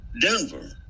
Denver